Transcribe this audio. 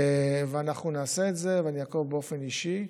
אנחנו נעשה את זה, ואני אעקוב באופן אישי,